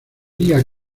diga